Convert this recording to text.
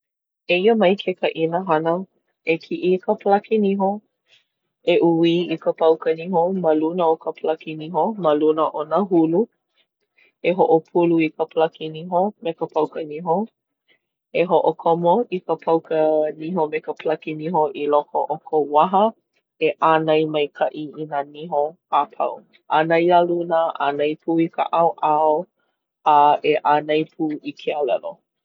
Eia mai ke kaʻina hana. E kiʻi i ka palaki niho. E ʻuwī i ka pauka niho ma luna o ka palaki niho, ma luna o nā hulu. E hoʻopulu i ka palaki niho me ka pauka niho. E hoʻokomo i ka pauka niho me ka palaki niho i loko o kou waha. E ʻānai maikaʻi i nā niho a pau. ʻĀnai iā luna, ʻānai pū i ka ʻaoʻao. A e ʻānai pū i ke alelo.